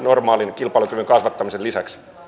kysyisin teiltä hyvä ministeri